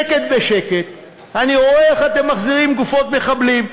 בשקט-בשקט אני רואה איך אתם מחזירים גופות מחבלים.